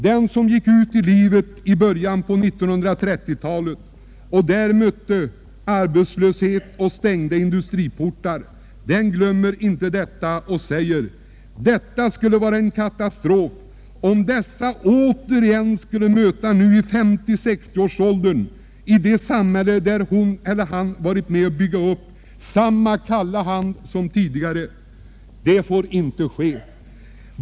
Den som gick ut i livet i början på 1930-talet och då mötte arbetslöshet och stängda industriportar glömmer inte detta. Det skulle vara en katastrof om hon eller han återigen, nu i 50—60-årsåldern, i det samhälle de varit med om att bygga upp skulle möta samma kalla hand som tidigare. Det får inte ske.